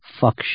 fuck